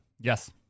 yes